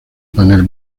panel